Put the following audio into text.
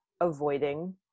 avoiding